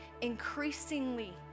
increasingly